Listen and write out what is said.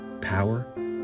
Power